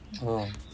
oh